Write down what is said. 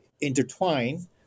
intertwine